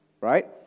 right